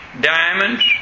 diamonds